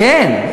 כן.